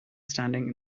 standing